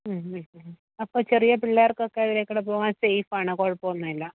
അപ്പോൾ ചെറിയ പിള്ളേർക്കൊക്കെ അതിലേക്കൂടെ പൂവാൻ സേഫാണോ കുഴപ്പമൊന്നൂല്ല